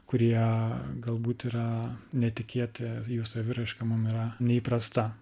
kurie galbūt yra netikėti jų saviraiška mum yra neįprasta